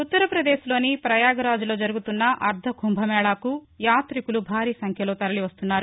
ఉత్తర ప్రదేశ్లోని ప్రయాగరాజ్లో జరుగుతున్న అర్దకుంభమేళాకు యాతికులు భారీసంఖ్యలో తరలివస్తున్నారు